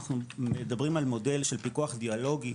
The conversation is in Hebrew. אנחנו מדברים על מודל של פיקוח אידיאולוגי,